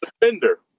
Defender